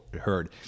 heard